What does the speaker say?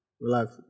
Relax